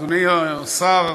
אדוני השר,